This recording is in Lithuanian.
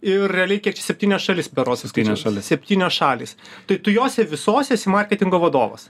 ir realiai kiek septynias šalis berods suskaičiavau septynios šalys tai tu jose visose esi marketingo vadovas